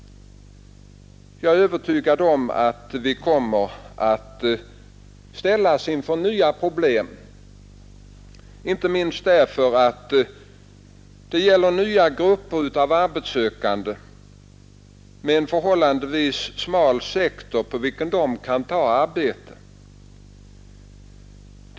Jag är övertygad om att vi kommer att ställas inför nya problem, inte minst därför att det gäller nya grupper av arbetssökande med en förhållandevis smal sektor på vilken de kan ta arbete.